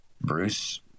Bruce